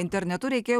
internetu reikėjo